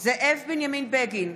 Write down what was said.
זאב בנימין בגין,